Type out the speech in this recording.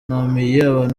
abantu